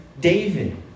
David